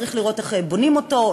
צריך לראות איך בונים אותו,